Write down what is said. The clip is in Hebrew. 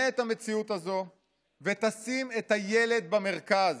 את המציאות הזו וישים את הילד במרכז,